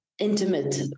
intimate